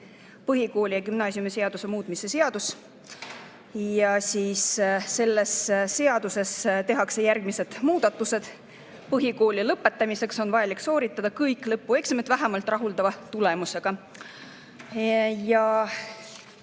põhikooli‑ ja gümnaasiumiseaduse muutmise seadus. Selles seaduses tehakse järgmine muudatus: põhikooli lõpetamiseks on vajalik sooritada kõik lõpueksamid vähemalt rahuldava tulemusega.